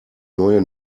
neue